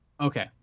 okay